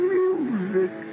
music